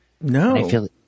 No